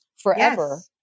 Forever